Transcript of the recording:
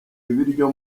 ibiryo